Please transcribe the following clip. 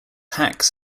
hacks